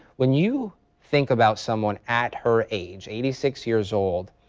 when you think about someone at her age eighty six years old,